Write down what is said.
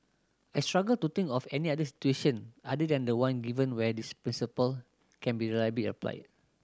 I struggle to think of any other situation other than the one given where this principle can be reliably applied